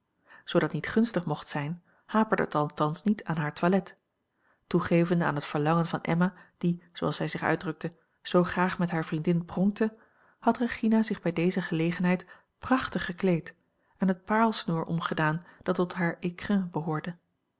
dat niet gunstig mocht zijn haperde het althans niet aan haar toilet toegevende aan het verlangen van emma die zooals zij zich uitdrukte zoo graag met hare vriendin pronkte had regina zich bij deze gelegenheid prachtig gekleed en het paarlsnoer omgedaan dat tot haar écrin behoorde